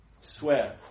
Swear